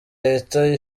leta